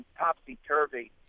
topsy-turvy